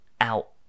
out